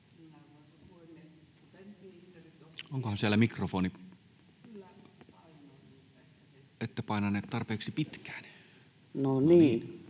Onkohan siellä mikrofoni... Ette painanut tarpeeksi pitkään. Edustaja